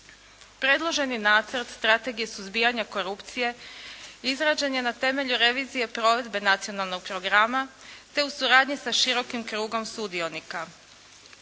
Predloženi nacrt strategije suzbijanja korupcije izrađen je na temelju revizije provedbe nacionalnog programa te u suradnji sa širokim krugom sudionika.